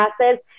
passes